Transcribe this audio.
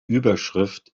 überschrift